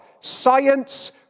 science